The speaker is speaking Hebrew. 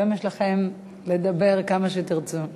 היום יש לכם כמה שתרצו לדבר.